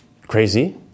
crazy